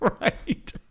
right